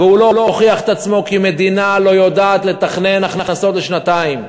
והוא לא הוכיח את עצמו כי מדינה לא יודעת לתכנן הכנסות לשנתיים,